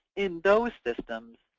in those systems,